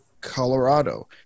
Colorado